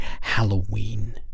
Halloween